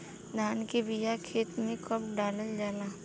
धान के बिया खेत में कब डालल जाला?